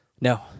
No